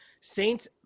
saints